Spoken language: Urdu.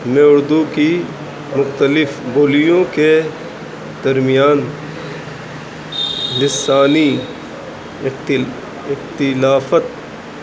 میں اردو کی مختلف بولیوں کے درمیان لسانی اختلافات